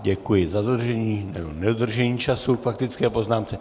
Děkuji za dodržení nebo nedodržení času k faktické poznámce.